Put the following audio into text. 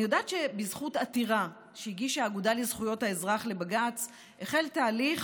אני יודעת שבזכות עתירה שהגישה האגודה לזכויות האזרח לבג"ץ החל תהליך